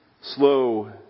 slow